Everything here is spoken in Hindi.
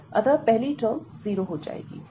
अतः पहली टर्म जीरो हो जाएगी